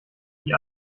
die